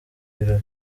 birori